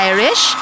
Irish